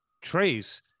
Trace